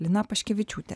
lina paškevičiūtė